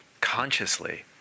consciously